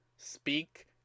Speak